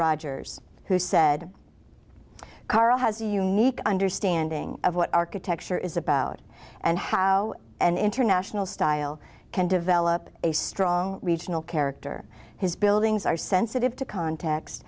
rodgers who said karl has a unique understanding of what architecture is about and how an international style can develop a strong regional character his buildings are sensitive to context